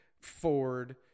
Ford